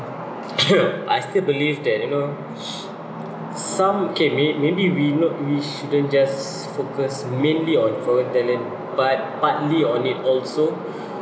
I still believe that you know some okay may maybe we not we shouldn't just focus mainly on foreign talent but partly on it also